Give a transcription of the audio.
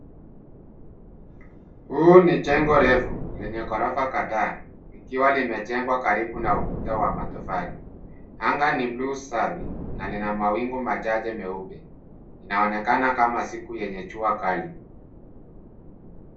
Huu ni jengo refu lenye ghorofa kadhaa likiwa limejengwa karibu na ukuta wa matofali. Anga ni buluu safi na lina mawingu machache meupe. Inaonekana kama siku yenye jua kali.